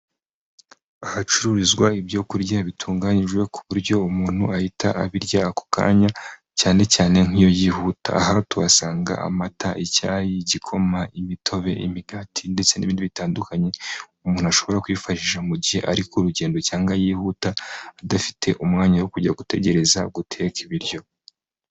Ahacururizwa ibyo kurya bitunganyijwe ku buryo umuntu ahita abirya ako kanya cyane cyane nk'ibyihuta, aha tuhasanga amata, icyayi , y'igikoma, imitobe, imigati ndetse n'ibindi bitandukanye umuntu ashobora kwifashisha mu gihe ari ku rugendo cyangwa yihuta adafite umwanya wo kujya gutegereza guteka ibiryo.